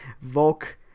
Volk